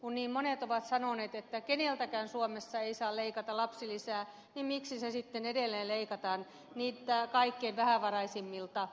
kun niin monet ovat sanoneet että keneltäkään suomessa ei saa leikata lapsilisää niin miksi se sitten edelleen leikataan niiltä kaikkein vähävaraisimmilta